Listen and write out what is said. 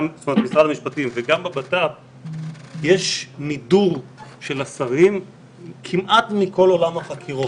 גם במשרד המשפטים וגם בבט"פ יש מידור של השרים כמעט מכל עולם החקירות.